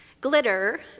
Glitter